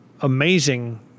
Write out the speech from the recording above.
amazing